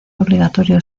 obligatorio